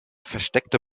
versteckte